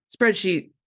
spreadsheet